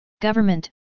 government